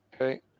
Okay